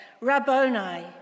Rabboni